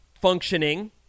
functioning